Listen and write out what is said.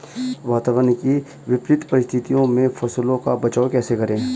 वातावरण की विपरीत परिस्थितियों में फसलों का बचाव कैसे करें?